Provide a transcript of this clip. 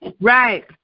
Right